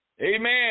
Amen